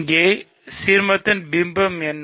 ஒரு சீர்மத்தின் பிம்பம் என்ன